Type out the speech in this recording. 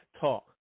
talk